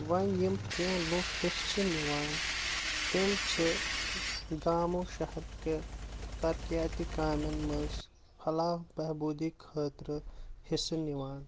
ونۍ یم کیٚنٛہہ لٔکھ حصہٕ چھِ نِوان تم چھ گامو شہر کہِ ترقیاتی کامٮ۪ن منٛز فلاح بہبودی خٲطرٕ حصہٕ نوان